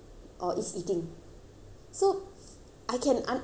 so I can an~ answer to to my